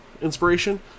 inspiration